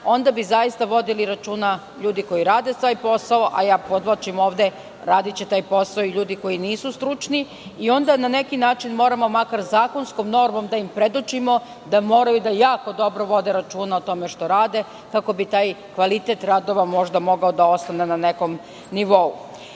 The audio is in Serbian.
onda bi zaista vodili računa ljudi koji rade taj posao, a podvlačim da će ga raditi i ljudi koji nisu stručni i onda na neki način moramo makar zakonskom normom da im predočimo da moraju da jako dobro vode računa o tome što rade kako bi taj kvalitet radova možda mogao da ostane na nekom nivou. Sa